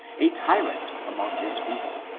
a tyrant among his people,